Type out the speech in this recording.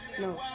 No